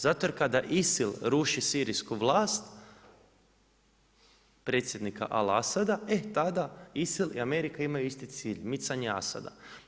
Zato jer kada ISIL ruši sirijsku vlast predsjednika al-Asada e tada ISIL i Amerika imaju isti cilj – micanje Asada.